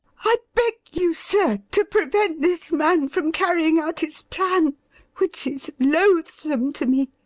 i beg you, sir, to prevent this man from carrying out his plan which is loathsome to me.